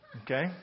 Okay